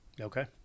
okay